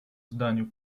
zdaniu